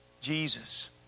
Jesus